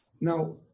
Now